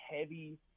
heavy